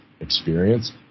experience